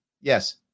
Yes